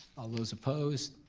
all those opposed?